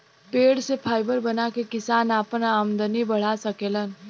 पेड़ से फाइबर बना के किसान आपन आमदनी बढ़ा सकेलन